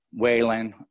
Waylon